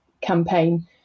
campaign